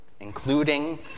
including